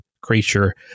creature